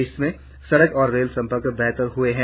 देश में सड़क और रेल संपर्क बेहतर हुए है